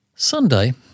Sunday